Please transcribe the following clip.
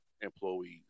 employees